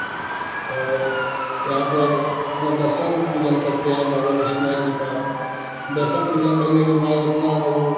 यहाँ पर अपना दर्शन पूजन करते हैं बाबा विश्वनाथ जी का दर्शन पूजन करने के बाद अपना वे